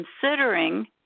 considering